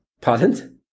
Pardon